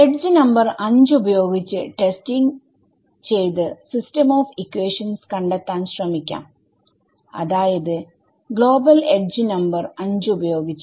edge number 5 ഉപയോഗിച് testing ചെയ്ത് system of equations കണ്ടെത്താൻ ശ്രമിക്കാം അതായത് ഗ്ലോബൽ എഡ്ജ് നമ്പർ 5 ഉപയോഗിച്ച്